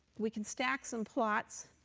we can stack some plots.